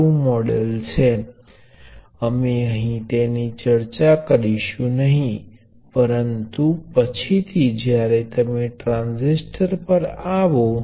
જે સામાન્ય રીતે કરવામાં આવે છે તે ફક્ત આને પ્રવાહ Ix તરીકે લેબલ કરવાનું છે અને તેમાં વોલ્ટેજ સ્ત્રોત Vxછે